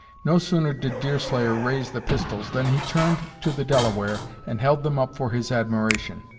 no sooner did deerslayer raise the pistols, than he turned to the delaware and held them up for his admiration.